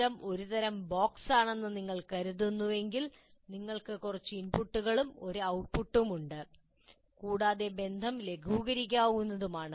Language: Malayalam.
സിസ്റ്റം ഒരു തരം ബോക്സാണെന്ന് നിങ്ങൾ കരുതുന്നുവെങ്കിൽ നിങ്ങൾക്ക് കുറച്ച് ഇൻപുട്ടുകളും ഒരു ഔട്ട്പുട്ടും ഉണ്ട് കൂടാതെ ബന്ധം ലഘൂകരിക്കാവുന്നതുമാണ്